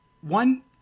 One